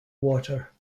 water